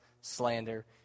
slander